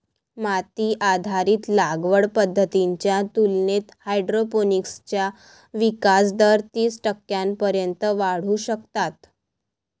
माती आधारित लागवड पद्धतींच्या तुलनेत हायड्रोपोनिक्सचा विकास दर तीस टक्क्यांपर्यंत वाढवू शकतात